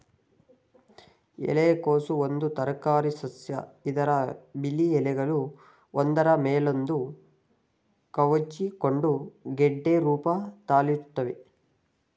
ಎಲೆಕೋಸು ಒಂದು ತರಕಾರಿಸಸ್ಯ ಇದ್ರ ಬಿಳಿ ಎಲೆಗಳು ಒಂದ್ರ ಮೇಲೊಂದು ಕವುಚಿಕೊಂಡು ಗೆಡ್ಡೆ ರೂಪ ತಾಳಿರ್ತವೆ